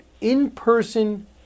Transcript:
in-person